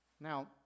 Now